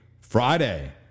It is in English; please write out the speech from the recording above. Friday